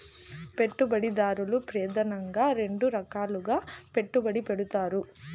పెట్టుబడిదారులు ప్రెదానంగా రెండు రకాలుగా పెట్టుబడి పెడతారు